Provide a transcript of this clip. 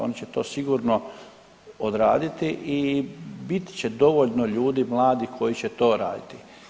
Oni će to sigurno odraditi i bit će dovoljno ljudi mladih koji će to raditi.